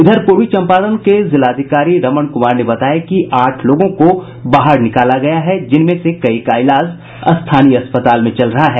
इधर पूर्वी चंपारण के जिलाधिकारी रमण कुमार ने बताया कि आठ लोगों को बाहर निकाला गया है जिनमें से कई का इलाज स्थानीय अस्पताल में चल रहा है